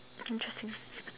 interesting